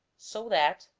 so that,